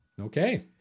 Okay